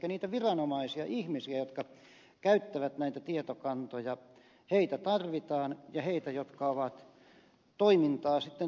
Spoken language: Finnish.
elikkä niitä viranomaisia ihmisiä jotka käyttävät näitä tietokantoja tarvitaan ja niitä jotka ovat toimintaa sitten toteuttamassa